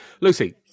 Lucy